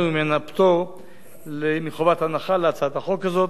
ממנה פטור מחובת הנחה להצעת החוק הזאת,